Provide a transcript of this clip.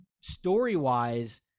story-wise